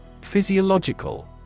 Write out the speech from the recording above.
Physiological